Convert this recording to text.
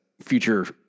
future